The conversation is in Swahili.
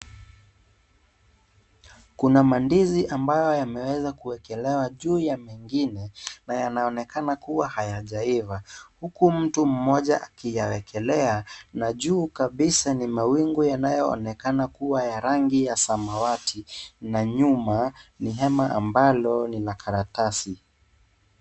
Kuna mandizi ambayo yameweza kuwekelewa juu ya mengine na yanaonekana kuwa hayajaiva. Huku mtu mmoja akiyawekelea na juu kabisa ni mawingu yanayoonekana kuwa ya rangi ya samawati na nyuma hema ambalo lina karatasi.